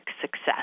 success